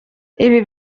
ibi